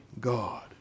God